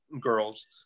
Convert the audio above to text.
girls